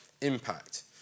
impact